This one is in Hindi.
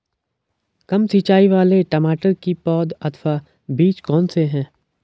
कम सिंचाई वाले टमाटर की पौध अथवा बीज कौन से हैं?